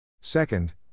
Second